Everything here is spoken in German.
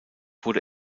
wurde